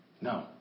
No